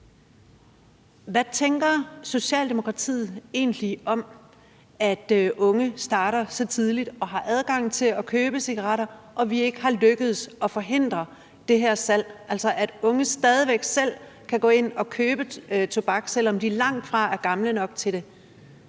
hvad tænker Socialdemokratiet egentlig om, at unge starter tidligt og har adgang til at købe cigaretter, og at vi ikke er lykkedes med at forhindre det her salg, at unge altså stadig væk selv kan gå ind og købe tobak, selv om de langtfra er gamle nok til det?